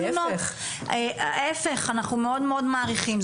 ההיפך, אנחנו מאוד מעריכים.